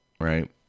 right